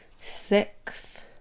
sixth